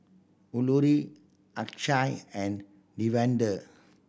Alluri Akshay and Davinder